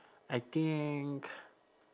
I think